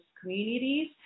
communities